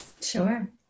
Sure